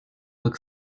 look